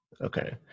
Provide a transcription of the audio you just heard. Okay